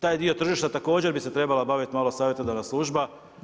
Taj dio tržišta također bi se trebala baviti malo savjetodavna služba.